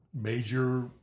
major